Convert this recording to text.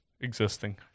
existing